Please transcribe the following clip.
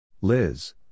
Liz